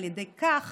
על ידי כך